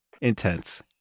Intense